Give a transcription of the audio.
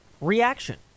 reaction